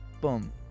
boom